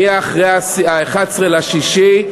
מ-11 ביוני,